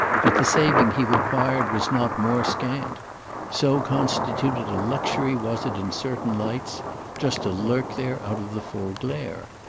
that the saving he required was not more scant so constituted a luxury was it in certain lights just to lurk there out of the full glare.